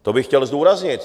To bych chtěl zdůraznit.